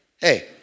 Hey